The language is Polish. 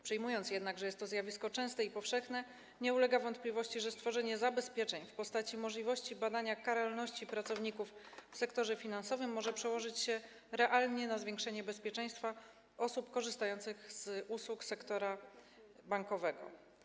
Przyjmując jednak, że jest to zjawisko częste i powszechne, musimy przyznać, iż nie ulega wątpliwości, że stworzenie zabezpieczeń w postaci możliwości badania karalności pracowników w sektorze finansowym może przełożyć się realnie na zwiększenie bezpieczeństwa osób korzystających z usług sektora bankowego.